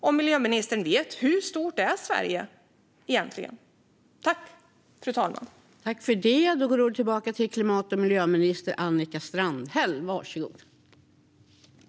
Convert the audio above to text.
Vet miljöministern hur stort Sverige är?